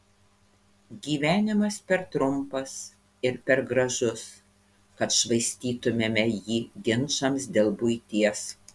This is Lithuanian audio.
gyvenimas per trumpas ir per gražus kad švaistytumėme jį ginčams dėl buities